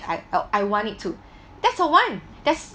I want it too that's the one that's